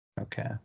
Okay